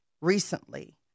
recently